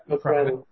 private